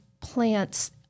plants